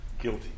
guilty